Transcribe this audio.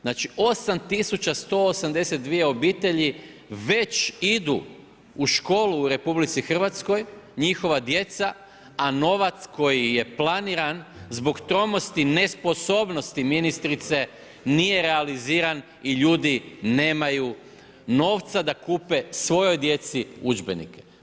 Znači, 8182 obitelji već idu u školu u RH, njihova djeca, a novac koji je planiran zbog tromosti, nesposobnosti ministrice nije realiziran i ljudi nemaju novca da kupe svojoj djeci udžbenike.